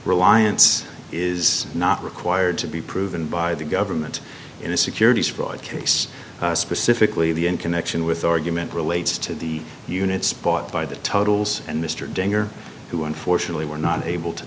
reliance is not required to be proven by the government in a securities fraud case specifically the in connection with argument relates to the units bought by the totals and mr denninger who unfortunately were not able to